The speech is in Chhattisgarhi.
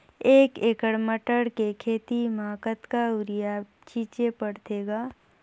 एक एकड़ मटर के खेती म कतका युरिया छीचे पढ़थे ग?